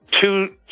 two